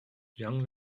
young